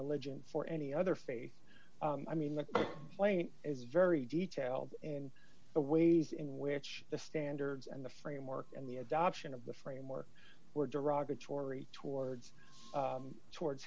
religion for any other faith i mean the plane is very detailed in the ways in which the standards and the framework and the adoption of the framework were derogatory towards towards